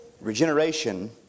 Regeneration